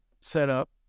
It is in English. setup